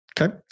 Okay